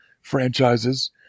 franchises